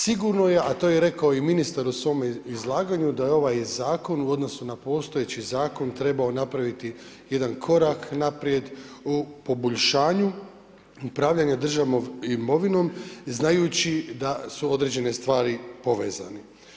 Sigurno je a to je rekao i ministar u svome izlaganju da je ovaj zakon u odnosu na postojeći zakon trebao napraviti jedan korak naprijed u poboljšanju upravljanja državnom imovinom znajući da su određene stvari povezane.